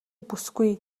бүсгүй